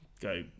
Go